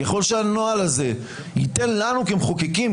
ככל שהנוהל הזה ייתן לנו כמחוקקים,